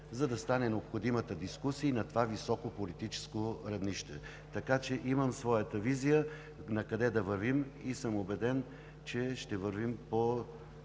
за да стане необходимата дискусия и на това високо политическо равнище. Така че имам своята визия накъде да вървим и съм убеден, че ще вървим по